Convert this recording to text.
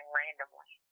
randomly